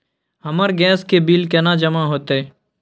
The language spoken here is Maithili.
हमर गैस के बिल केना जमा होते?